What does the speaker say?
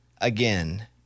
again